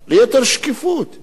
מדובר בכספי ציבור.